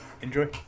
Enjoy